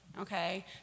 Okay